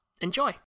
Enjoy